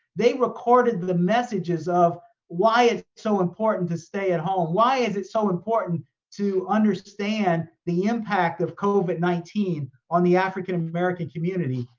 they recorded the messages of why it's so important to stay at home. why is it so important to understand the impact of covid nineteen on the african american community.